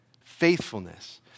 faithfulness